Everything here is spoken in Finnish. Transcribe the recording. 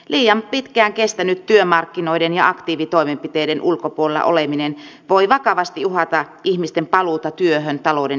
liian pitkään kestänyt työmarkkinoiden ja aktiivitoimenpiteiden ulkopuolella oleminen voi vakavasti uhata ihmisten paluuta työhön talouden elpyessä